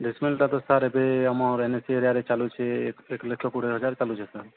ପ୍ଲେସ୍ମେଣ୍ଟ୍ଟା ତ ସାର୍ ଏବେ ଆମର୍ ଏନ୍ ଏ ସି ଏରିଆରେ ଚାଲୁଛେ ଏକ୍ ଲକ୍ଷ କୋଡ଼ିଏ ହଜାର୍ ଚାଲୁଛେ ସାର୍